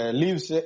leaves